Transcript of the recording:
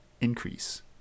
increase